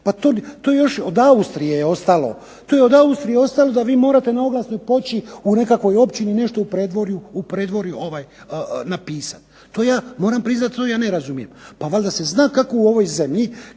pa to još od Austrije je ostalo. To je od Austrije ostalo da vi morate na oglasnoj ploči u nekakvoj općini nešto u predvorju napisat. To ja moram priznat to, ja ne razumije. Pa valjda se zna kako u ovoj zemlji